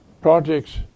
projects